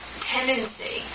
tendency